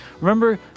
Remember